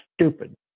stupid